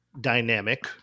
dynamic